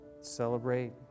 celebrate